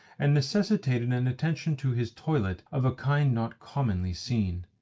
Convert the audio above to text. and necessitated an attention to his toilet of a kind not commonly seen.